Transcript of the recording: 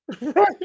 Right